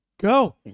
go